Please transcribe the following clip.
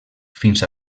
fins